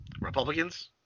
Republicans